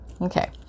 Okay